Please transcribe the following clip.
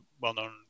well-known